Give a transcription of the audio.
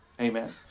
Amen